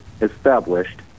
established